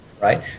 right